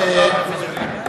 הצביעו בעד בפעם הקודמת.